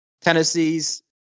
tennessee's